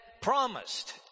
promised